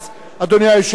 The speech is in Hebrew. אדוני היושב-ראש,